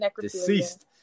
deceased